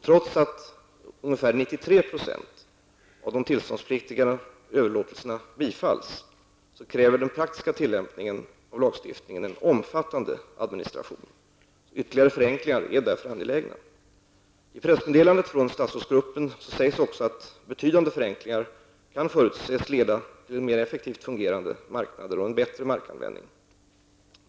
Trots att ca 93 % av de tillståndspliktiga överlåtelserna bifalls, kräver den praktiska tillämpningen av lagstiftningen en omfattande administration. Ytterligare förenklingar är därför angelägna. I pressmeddelandet från statsrådsgruppen sägs också att betydande förenklingar kan förutses leda till mer efektivt fungerande marknader och till bättre markanvändning.